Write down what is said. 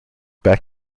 back